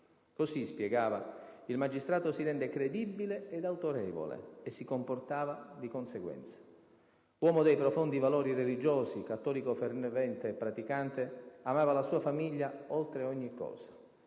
Così, spiegava, il magistrato si rende credibile ed autorevole. E si comportava di conseguenza. Uomo dai profondi valori religiosi, cattolico fervente e praticante, amava la sua famiglia oltre ogni cosa.